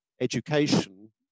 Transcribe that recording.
education